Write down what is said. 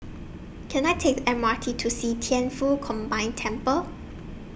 Can I Take The M R T to See Thian Foh Combined Temple